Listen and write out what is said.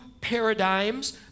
paradigms